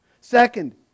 Second